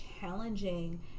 challenging